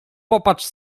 popatrz